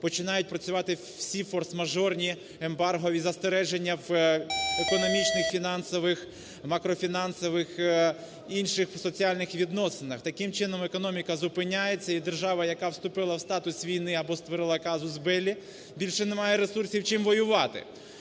починають працювати всі форс-мажорні ембаргові застереження в економічних, фінансових, макрофінансових, інших соціальних відносинах. Таким чином економіка зупиняється, і держава, яка вступила в статус війни або створила казус беллі, більше не має ресурсів чим воювати.